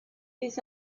his